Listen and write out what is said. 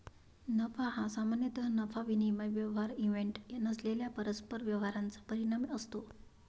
नफा हा सामान्यतः नफा विनिमय व्यवहार इव्हेंट नसलेल्या परस्पर व्यवहारांचा परिणाम असतो